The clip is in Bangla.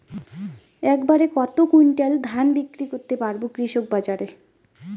এক বাড়ে কত কুইন্টাল ধান বিক্রি করতে পারবো কৃষক বাজারে?